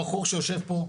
הבחור שיושב פה,